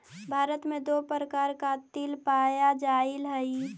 भारत में दो प्रकार कातिल पाया जाईल हई